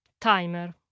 Timer